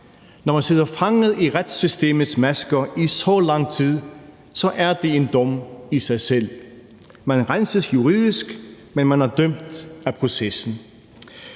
Når man sidder fanget i retssystemets masker i så lang tid, er det en dom i sig selv. Man renses juridisk, men man er dømt af processen.